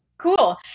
Cool